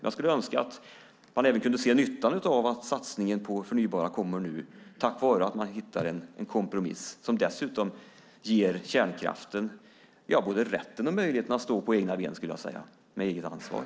Jag skulle önska att man även kunde se nyttan av att satsningen på det förnybara kommer nu, tack vare att man hittar en kompromiss som dessutom ger kärnkraften både rätten och möjligheten att stå på egna ben, med eget ansvar.